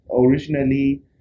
originally